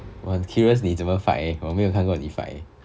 我很 curious 你怎么 fight 我没有看过你 fight eh